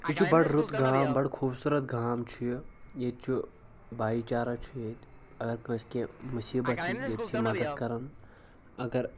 یہِ چھُ بڈٕ رُت گام بڈٕ خوٗبصوٗرت گام چھُ یہِ ییٚتہِ چھُ بایی چارا چھُ ییٚتہِ اگر کٲنٛسہِ کینٛہہ مصیٖبت یی ییٚتہِ چھِ مدد کران اگر